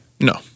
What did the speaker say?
No